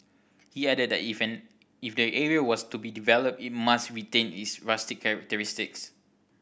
he added that if if the area was to be developed it must retain its rustic characteristics